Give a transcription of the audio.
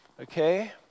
okay